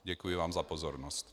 Děkuji vám za pozornost.